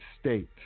state